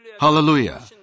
Hallelujah